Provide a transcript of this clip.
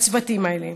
לצוותים האלה.